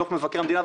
דוח מבקר המדינה,